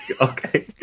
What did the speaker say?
Okay